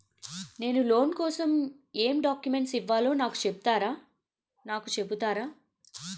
నేను లోన్ కోసం ఎం డాక్యుమెంట్స్ ఇవ్వాలో నాకు చెపుతారా నాకు చెపుతారా?